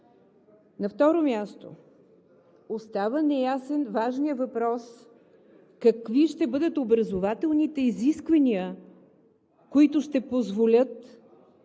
На второ място, остава неясен важният въпрос какви ще бъдат образователните изисквания, които ще позволят